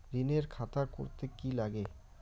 ঋণের খাতা করতে কি লাগে?